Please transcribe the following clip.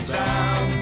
down